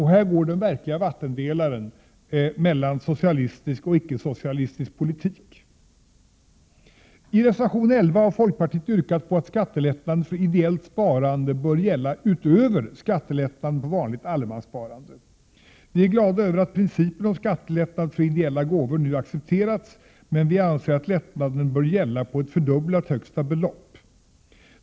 Här går den verkliga vattendelaren mellan socialistisk och icke-socialistisk politik. I reservation 11 har folkpartiet yrkat att skattelättnaden för ”ideellt sparande” bör gälla utöver skattelättnader på vanligt allemanssparande. Vi är glada över att principen om skattelättnad för ideella gåvor nu accepterats, men vi anser att lättnaden bör gälla på ett fördubblat högsta belopp.